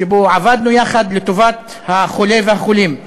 שבהן עבדנו יחד לטובת החולה והחולים.